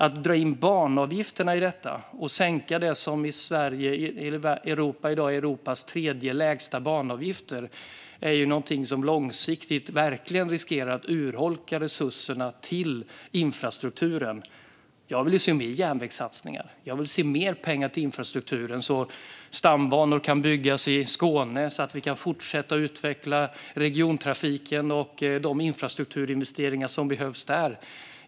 Att dra in banavgifterna i detta och att sänka Sveriges banavgifter, som i dag är Europas tredje lägsta, är något som långsiktigt verkligen riskerar att urholka resurserna till infrastrukturen. Jag vill se fler järnvägssatsningar och mer pengar till infrastrukturen så att stambanor kan byggas i Skåne och så att vi kan fortsätta utveckla regiontrafiken och de infrastrukturinvesteringar som behövs där.